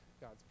God's